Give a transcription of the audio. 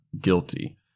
guilty